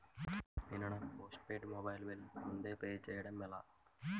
నేను నా postpaid mobile bill ముందే పే చేయడం ఎలా?